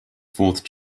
fourth